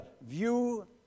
view